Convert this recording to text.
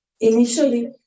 Initially